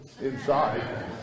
inside